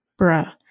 Bruh